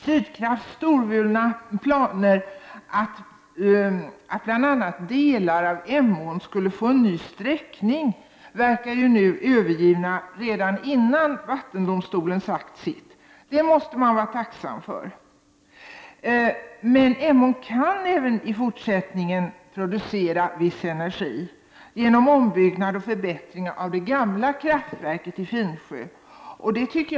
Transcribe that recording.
Sydkrafts storvulna planer på att bl.a. delar av Emån skulle få en ny sträckning verkar vara övergivna redan innan vattendomstolen har sagt sitt. Det måste man vara tacksam för. Men Emån skall även i fortsättningen genom ombyggnad och förbättring av det gamla kraftverket i Finsjö producera viss energi.